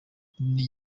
rooney